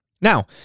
Now